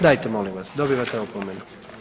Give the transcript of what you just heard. Dajte molim vas, dobivate opomenu.